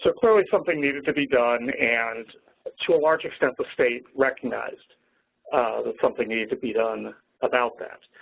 so clearly something needed to be done and to a large extent, the state recognized that something needed to be done about that.